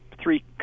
three